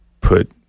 put